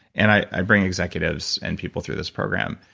and i bring executives and people through this program.